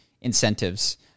incentives